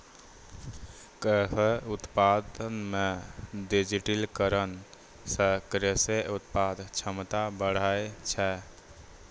कृषि उत्पादन मे डिजिटिकरण से कृषि उत्पादन क्षमता बढ़ै छै